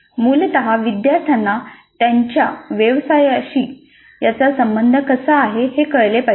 मूलत विद्यार्थ्यांना त्यांच्या व्यवसायाशी याचा संबंध कसा आहे हे कळले पाहिजे